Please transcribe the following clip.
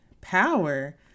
power